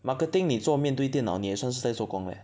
marketing 你做面对电脑你也算是在做工 eh